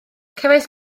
cefais